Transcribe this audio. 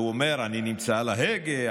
והוא אומר: אני נמצא על ההגה,